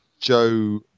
Joe